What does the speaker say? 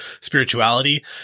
spirituality